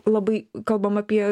labai kalbam apie